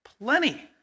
plenty